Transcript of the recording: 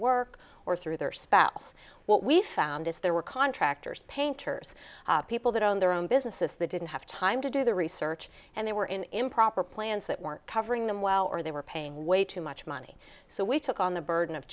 work or through their spouse what we found is there were contractors painters people that owned their own businesses they didn't have time to do the research and they were in improper plans that work covering them well or they were paying way too much money so we took on the burden of